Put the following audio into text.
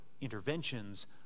interventions